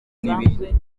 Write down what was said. n’ibindi